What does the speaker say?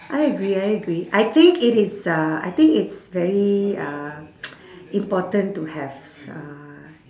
I agree I agree I think it is uh I think it's very uh important to have uh